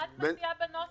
נעה, מה את מציעה בנוסח?